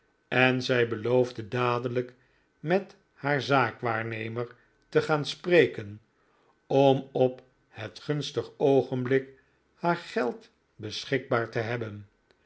en zij beloofde dadelijk met haar zaakwaarnemer te gaan spreken om op het gunstig oogenblik haar geld beschikbaar te hebben